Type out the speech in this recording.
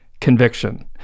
conviction